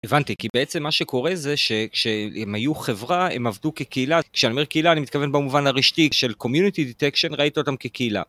הבנתי, כי בעצם מה שקורה זה שהם היו חברה, הם עבדו כקהילה. כשאני אומר קהילה, אני מתכוון במובן הראשתי של Community Detection, ראית אותם כקהילה.